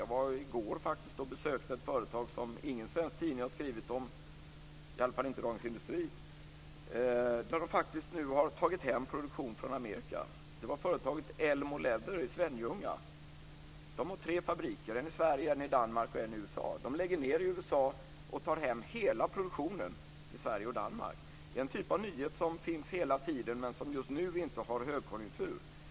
Jag besökte i går ett svenskt företag som ingen svensk tidning har skrivit om - i alla fall inte Dagens Industri - där de faktiskt har tagit hem produktion från Amerika. Det var företaget Elmo Leather i Svenljunga. De har tre fabriker; en i Sverige, en i Danmark och en i USA. De lägger ned i USA och tar hem hela produktionen till Sverige och Danmark. Det är en typ av nyhet som vi hela tiden kan finna men som just nu inte har högkonjunktur bland nyheterna.